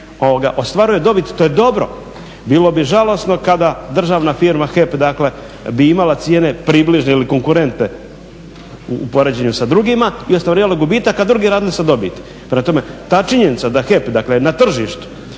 ostvaruje dobit, to je dobro. Bilo bi žalosno kada državna firma HEP dakle bi imala cijene približne ili konkurentne u uspoređivanju sa drugima i ostvarivale gubitak a drugi radili sa dobiti. Prema tome, ta činjenica da je HEP dakle na tržištu